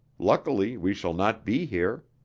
luckily we shall not be here!